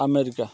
America